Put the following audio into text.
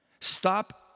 Stop